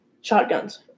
shotguns